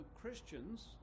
Christians